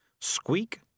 Squeak